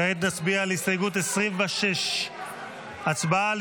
כעת נצביע על הסתייגות 26. הצבעה על